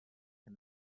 and